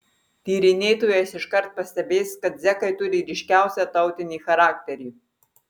tyrinėtojas iškart pastebės kad zekai turi ryškiausią tautinį charakterį